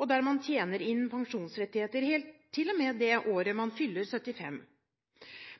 og der man tjener inn pensjonsrettigheter helt til og med det året man fyller 75.